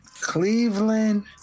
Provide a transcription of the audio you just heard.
Cleveland